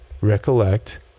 recollect